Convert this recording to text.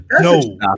No